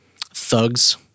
thugs